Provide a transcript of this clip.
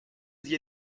allez